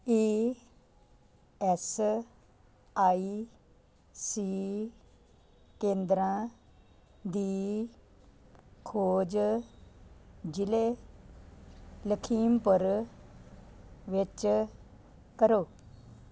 E S I C ਕੇਂਦਰਾਂ ਦੀ ਖੋਜ ਜ਼ਿਲ੍ਹੇ ਲਖੀਮਪੁਰ ਵਿੱਚ ਕਰੋ